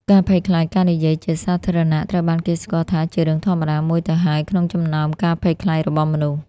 ការភ័យខ្លាចការនិយាយជាសាធារណៈ ត្រូវបានគេស្គាល់ថា ជារឿងធម្មតាមួយនៅទៅហើយក្នុងចំណោមការភ័យខ្លាចរបស់មនុស្ស។